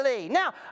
Now